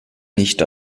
nicht